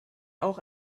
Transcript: auch